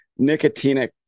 nicotinic